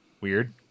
weird